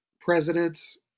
presidents